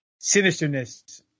sinisterness